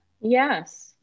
Yes